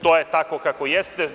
To je tako kako jeste.